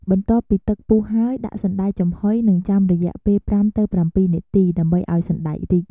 បន្ទាប់ពីទឹកពុះហើយ ដាក់សណ្តែកចំហុយ និងចាំរយៈពេល ៥ទៅ៧ នាទី ដើម្បីឱ្យសណ្តែករីក។